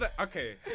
okay